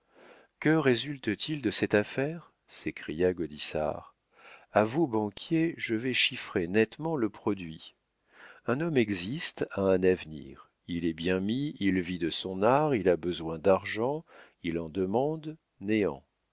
fou que résulte t il de cette affaire s'écria gaudissart a vous banquier je vais chiffrer nettement le produit un homme existe a un avenir il est bien mis il vit de son art il a besoin d'argent il en demande néant